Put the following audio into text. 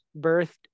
birthed